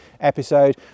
episode